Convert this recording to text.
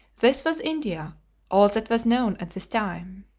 this was india all that was known at this time.